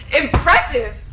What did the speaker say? Impressive